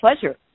pleasure